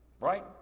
right